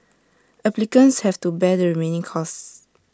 applicants have to bear the remaining costs